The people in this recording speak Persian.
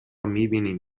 میبینیم